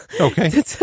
okay